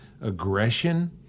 aggression